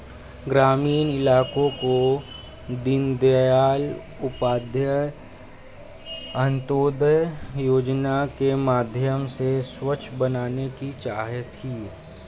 ग्रामीण इलाकों को दीनदयाल उपाध्याय अंत्योदय योजना के माध्यम से स्वच्छ बनाने की चाह थी